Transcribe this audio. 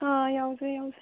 ꯑꯪ ꯌꯥꯎꯖꯩ ꯌꯥꯎꯖꯩ